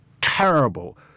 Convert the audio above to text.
terrible